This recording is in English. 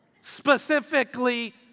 Specifically